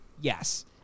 yes